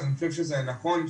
אני חושב שזה נכון,